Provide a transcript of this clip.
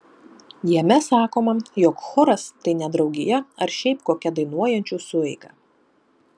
jame sakoma jog choras tai ne draugija ar šiaip kokia dainuojančių sueiga